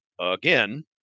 again